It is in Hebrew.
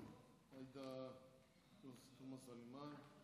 עאידה תומא סלימאן.